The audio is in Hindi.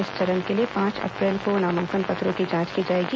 इस चरण के लिए पांच अप्रैल को नामांकन पत्रों की जांच की जाएगी